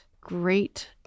great